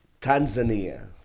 Tanzania